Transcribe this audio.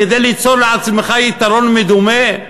כדי ליצור לעצמך יתרון מדומה?